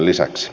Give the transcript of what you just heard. kiitos